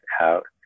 out